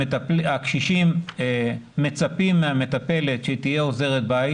הקשישים מצפים מהמטפלת שתהיה עוזרת בית